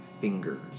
fingers